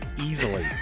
easily